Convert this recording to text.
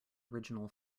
original